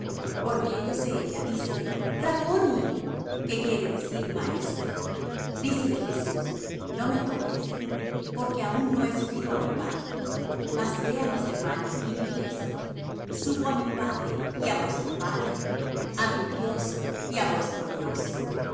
volviéndose ella dícele rabboni que quiere decir maestro dícele jesús no me toques porque aun no he subido á mi padre mas ve á mis hermanos y diles subo á mi padre y á vuestro padre á mi dios y á vuestro dios